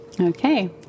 Okay